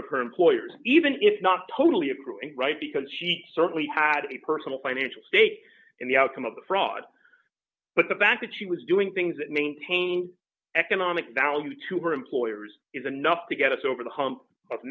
of her employers even if not totally approving right because she certainly had a personal financial stake in the outcome of the fraud but the fact that she was doing things that maintain economic value to her employers is enough to get us over the